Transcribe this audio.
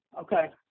Okay